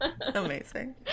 Amazing